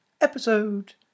episode